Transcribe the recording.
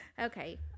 Okay